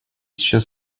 сейчас